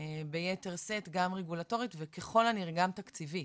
ביתר שאת גם רגולטורית, וככל הנראה גם תקציבית.